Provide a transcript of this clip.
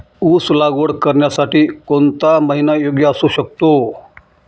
ऊस लागवड करण्यासाठी कोणता महिना योग्य असू शकतो?